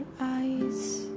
eyes